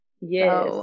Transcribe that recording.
Yes